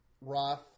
Roth